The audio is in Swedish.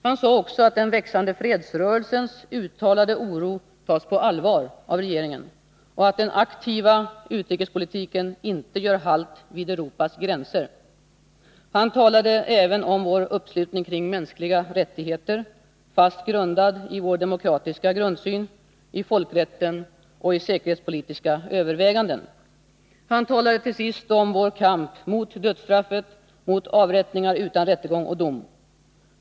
Han sade också att den växande fredsrörelsens uttalade oro tas på allvar av regeringen och att den aktiva utrikespolitiken inte gör halt vid Europas gränser. Han talade även om vår uppslutning kring mänskliga rättigheter, fast grundad i vår demokratiska grundsyn, i folkrätten och i säkerhetspolitiska överväganden. Han talade till sist om vår kamp mot dödsstraffet, mot avrättningar utan rättegång och dom.